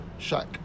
Shaq